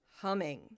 humming